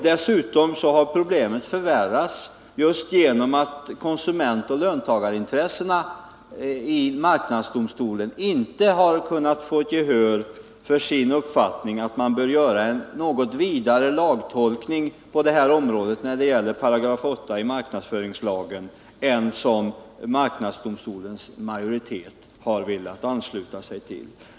Dessutom har problemet förvärrats just genom att konsumentoch löntagarintressena i marknadsdomstolen inte har kunnat få gehör för sin uppfattning att man bör göra en något vidare lagtolkning när det gäller 8 § i marknadsföringslagen än som marknadsdomstolens majoritet har velat ansluta sig till.